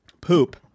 Poop